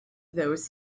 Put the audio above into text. those